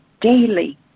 daily